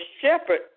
shepherd